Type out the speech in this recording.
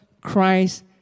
Christ